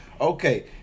Okay